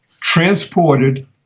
transported